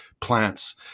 plants